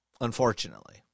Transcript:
Unfortunately